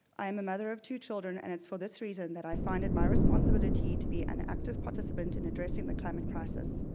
i am a mother of two children, and it's for this reason that i find it my responsibility to be an active participant in addressing the climate crisis.